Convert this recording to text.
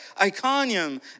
Iconium